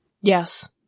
Yes